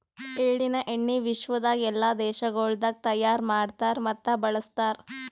ಎಳ್ಳಿನ ಎಣ್ಣಿ ವಿಶ್ವದಾಗ್ ಎಲ್ಲಾ ದೇಶಗೊಳ್ದಾಗ್ ತೈಯಾರ್ ಮಾಡ್ತಾರ್ ಮತ್ತ ಬಳ್ಸತಾರ್